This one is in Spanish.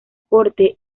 corte